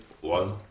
One